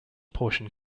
portion